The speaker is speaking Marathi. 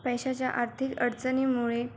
पैशाच्या आर्थिक अडचणीमुळे